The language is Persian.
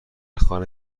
خانه